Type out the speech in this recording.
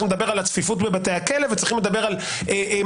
לדבר על הצפיפות בבתי הכלא וצריך לדבר על מנגנוני